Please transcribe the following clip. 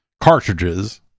cartridges